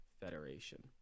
federation